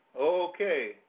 Okay